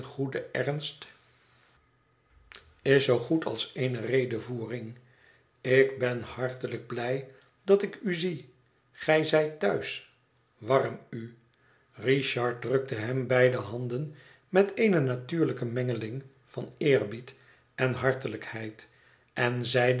ernst is zoo goed welkom op het verlaten huis als eene redevoering ik ben hartelijk blij dat ik u zie gij zijt thuis warm u richard drukte hem beide handen met eene natuurlijke mengeling van eerbied en hartelijkheid en